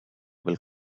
will